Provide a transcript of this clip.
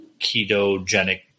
ketogenic